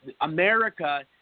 America